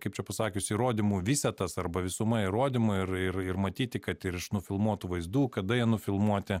kaip čia pasakius įrodymų visetas arba visuma įrodymų ir ir ir matyti kad ir iš nufilmuotų vaizdų kada jie nufilmuoti